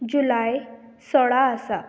जुलाय सोळा आसा